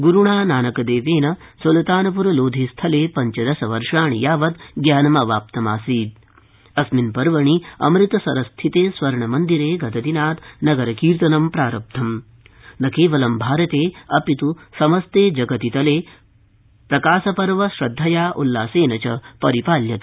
ग्रुणा नानकदेवेन सुल्तान रलोधिस्थले ञ्चदश वर्षाणि यावत ज्ञानमवाप्तमासीत अस्मिन र्वणि अमृतसरस्थिते स्वर्णमन्दिरे गतदिनात नगरकीर्तनं प्रारब्धम न केवलं भारते अ समस्ते जगति तले प्रकाश र्व श्रदधया उल्लसेन च रि ाल्यते